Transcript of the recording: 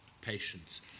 patience